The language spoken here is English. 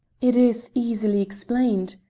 it is easily explained,